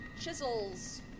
chisels